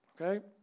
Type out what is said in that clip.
Okay